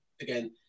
again